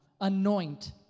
Anoint